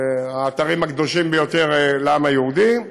האתרים הקדושים ביותר לעם היהודי.